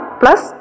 plus